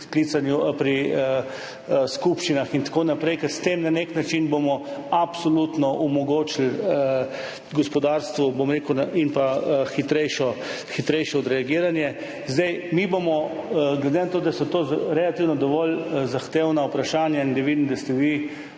in skupščinah in tako naprej, ker bomo s tem na nek način absolutno omogočili gospodarstvu hitrejše odreagiranje. Glede na to, da so to relativno dovolj zahtevna vprašanja in da vidim, da ste vi